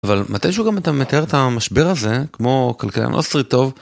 אבל מתי שהוא גם מתאר את המשבר הזה, כמו כלכלה נוסתריתו טוב